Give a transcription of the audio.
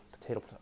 potato